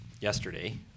yesterday